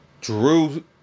Drew